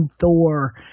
Thor